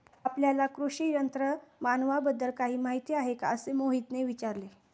आपल्याला कृषी यंत्रमानवाबद्दल काही माहिती आहे का असे मोहितने विचारले?